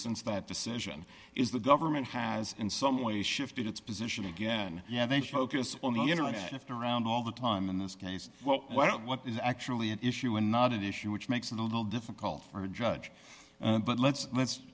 since that decision is the government has in some ways shifted its position again yeah they showed us on the internet if they're around all the time in this case well why don't what is actually an issue and not an issue which makes it a little difficult for a judge but let's let's